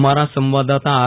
અમારા સંવાદદાતા આર